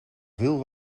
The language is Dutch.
veel